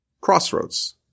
crossroads